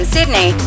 Sydney